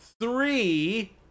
three